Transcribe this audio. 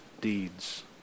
deeds